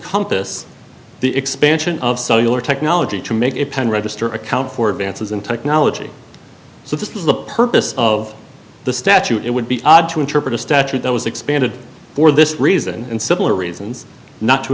encompass the expansion of cellular technology to make it pen register account for advances in technology so this is the purpose of the statute it would be odd to interpret a statute that was expanded for this reason and similar reasons not to